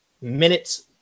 minutes